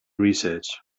research